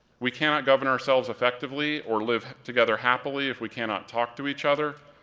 we cannot govern ourselves effectively or live together happily if we cannot talk to each other,